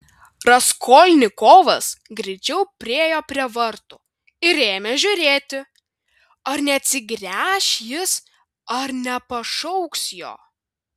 raskolnikovas greičiau priėjo prie vartų ir ėmė žiūrėti ar neatsigręš jis ar nepašauks jo